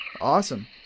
Awesome